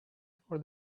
for